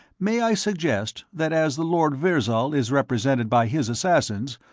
may i suggest that as the lord virzal is represented by his assassins,